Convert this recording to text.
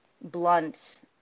blunt